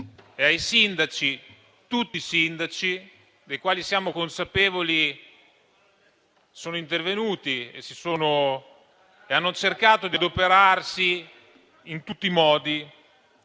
e a tutti i sindaci che - ne siamo consapevoli - sono intervenuti e hanno cercato di adoperarsi in tutti i modi.